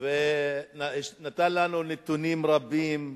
באיזו שנה זה היה?